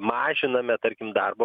mažiname tarkim darbo